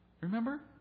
Remember